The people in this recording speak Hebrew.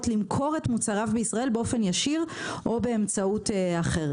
למכור את מוצריו בישראל באופן ישיר או באמצעות אחר.